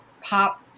pop